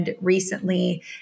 Recently